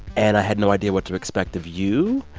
and i had no idea what to expect of you,